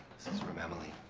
is from emily.